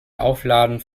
aufladen